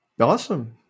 Awesome